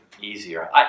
easier